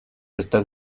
están